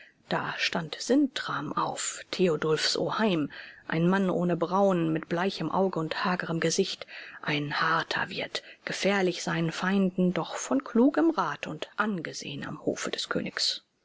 da stand sintram auf theodulfs oheim ein mann ohne brauen mit bleichem auge und hagerem gesicht ein harter wirt gefährlich seinen feinden doch von klugem rat und angesehen am hofe des königs